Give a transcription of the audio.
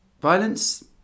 violence